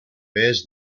bears